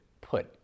put